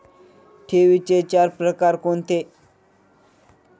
ठेवींचे चार प्रकार कोणते?